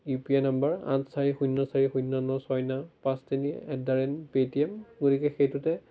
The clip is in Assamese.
ইউ পি আই নাম্বাৰ আঠ চাৰি শূন্য চাৰি শূন্য ন ছয় ন পাঁচ তিনি এট দা ৰেট পে'টিএম গতিকে সেইটোতে